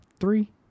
Three